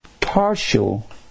Partial